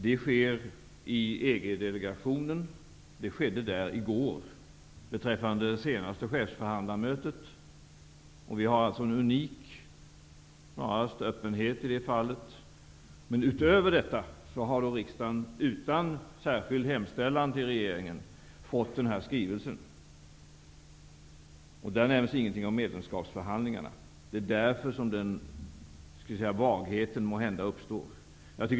Det sker i EG delegationen, och så skedde i går i samband med det senaste chefsförhandlarmötet. Vi har alltså snarast en unik öppenhet i det fallet. Utöver detta har riksdagen, utan att göra en särskild hemställan till regeringen, fått den här skrivelsen. Där sägs ingenting om medlemskapsförhandlingarna. Det är därför som en vaghet måhända uppstår.